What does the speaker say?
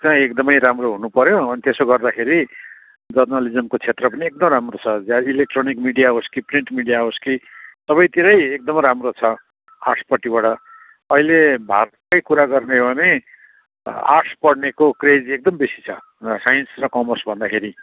चाहिँ एकदमै राम्रो हुनुपर्यो अनि त्यसो गर्दाखेरि जर्नलिजमको क्षेत्र पनि एकदम राम्रो छ इलेक्ट्रोनिक मिडिया कि प्रिन्ट मिडिया होस् कि सबैतिरै एकदम राम्रो छ आर्ट्सपट्टिबाट अहिले भारतकै कुरा गर्ने हो भने आर्ट्स पढ्नेको क्रेडिट एकदम बेसी छ साइन्स र कमर्सभन्दाखेरि